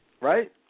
right